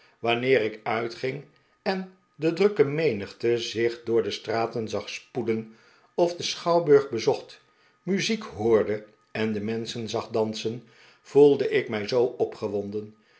wanneer ik uitging eh de drukke menigte zich door de straten zag spoeden of den schouwburg bezocht muziek hoorde en de menschen zag dansen voelde ik mij zoo opgewonden